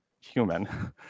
human